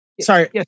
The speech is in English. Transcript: Sorry